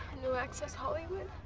no access hollywood?